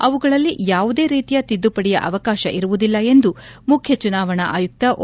ಅವುಗಳಲ್ಲಿ ಯಾವುದೇ ರೀತಿಯ ತಿದ್ಲುಪಡಿಯ ಅವಕಾಶ ಇರುವುದಿಲ್ಲ ಎಂದು ಮುಖ್ಯ ಚುನಾವಣಾ ಆಯುಕ್ತ ಓ